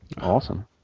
Awesome